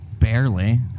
Barely